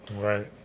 Right